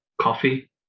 coffee